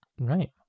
Right